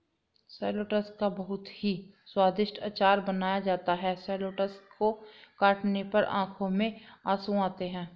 shallots का बहुत ही स्वादिष्ट अचार बनाया जाता है शैलोट्स को काटने पर आंखों में आंसू आते हैं